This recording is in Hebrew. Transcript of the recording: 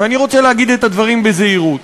ואני רוצה להגיד את הדברים בזהירות,